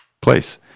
place